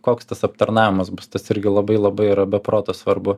koks tas aptarnavimas bus tas irgi labai labai yra be proto svarbu